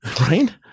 right